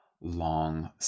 long